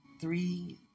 three